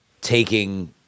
taking